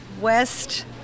west